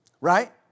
Right